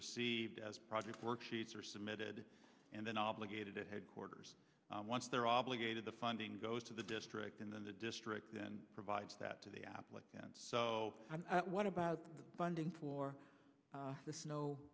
received as projects worksheets are submitted and then obligated to headquarters once they're obligated the funding goes to the district and then the district then provides that to the applicants so what about funding for the snow